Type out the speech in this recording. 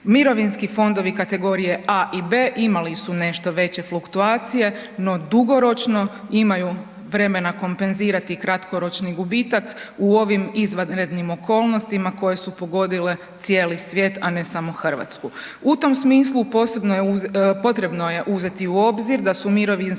Mirovinski fondovi kategorije A i B imali su nešto veće fluktuacije, no dugoročno imaju vremena kompenzirati kratkoročni gubitak u ovim izvanrednim okolnostima koje su pogodile cijeli svijet, a ne samo RH. U tom smislu posebno je, potrebno je uzeti u obzir da su mirovinski